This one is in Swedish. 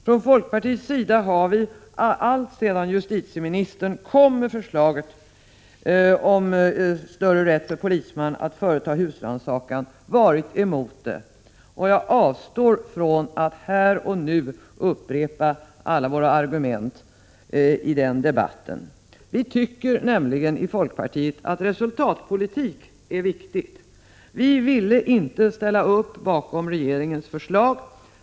Från folkpartiets sida har vi alltsedan justitieministern kom med förslaget om större rätt för polisman att företa husrannsakan varit emot det. Jag avstår från att här och nu upprepa alla våra argument i den debatten. I folkpartiet tycker vi nämligen att resultatpolitik är viktig. Vi ville inte ställa upp bakom regeringens förslag.